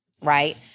Right